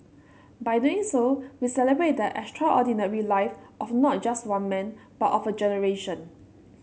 by doing so we celebrate the extraordinary life of not just one man but of a generation